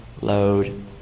load